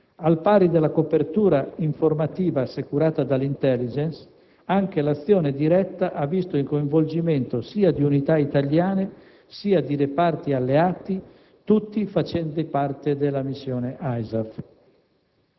Al pari della copertura informativa assicurata dall'*intelligence*, anche l'azione diretta ha visto il coinvolgimento sia di unità italiane, sia di reparti alleati, tutti facenti parte della missione ISAF.